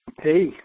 Hey